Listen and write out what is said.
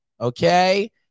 Okay